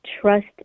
trust